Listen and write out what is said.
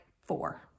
four